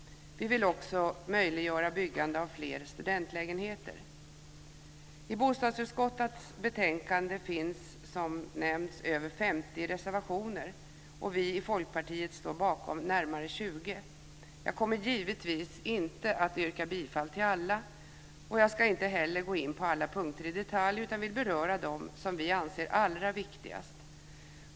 Vi vill möjliggöra byggande av fler studentlägenheter. I bostadsutskottets betänkande finns, som nämnts, över 50 reservationer, och vi i Folkpartiet står bakom närmare 20. Jag kommer givetvis inte att yrka bifall till alla, och jag ska inte heller gå in på alla punkter i detalj, utan vill beröra dem som vi anser allra viktigast.